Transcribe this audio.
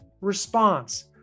response